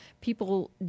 people